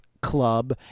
Club